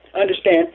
understand